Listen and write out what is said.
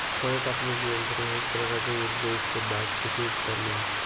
फळ कापण्याचे यंत्र हे एक प्रकारचे उर्जायुक्त बाग, शेती उपकरणे आहे